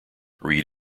reed